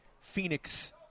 Phoenix